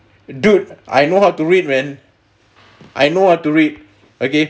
dude I know how to read man I know how to read okay